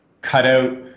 cutout